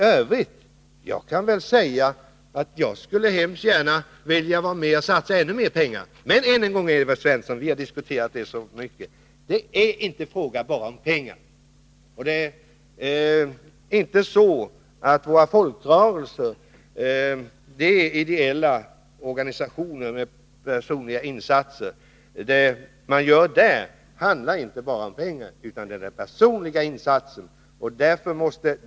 I övrigt kan jag säga att jag mycket gärna skulle vilja vara med och satsa ännu mera pengar. Vi har diskuterat det mycket, Evert Svensson, men det är inte bara fråga om pengar. Våra folkrörelser är ideella organisationer, där det görs personliga insater. Det som görs där är inte bara beroende av pengar utan också av den personliga insatsen.